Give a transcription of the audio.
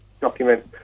document